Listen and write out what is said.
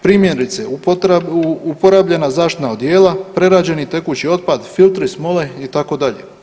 Primjerice uporabljena zaštitna odjela, prerađeni tekući otpad, filtri smole itd.